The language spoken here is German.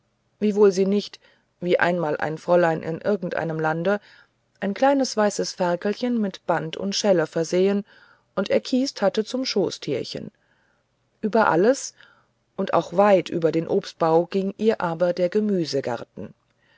wiewohl sie nicht wie einmal ein fräulein in irgendeinem lande ein kleines weißes ferkelchen mit band und schelle versehen und erkieset hatte zum schoßtierchen über alles und auch weit über den obstbau ging ihr aber der